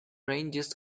ranges